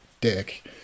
dick